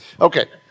okay